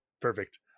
Perfect